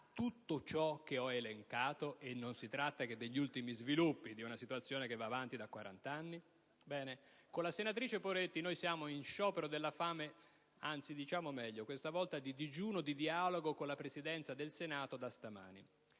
tutto ciò che ho elencato (e non si tratta che degli ultimi sviluppi di una situazione che va avanti da 40 anni)? Con la senatrice Poretti siamo in sciopero della fame o, per meglio dire, in digiuno di dialogo con la Presidenza del Senato, da stamani.